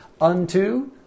unto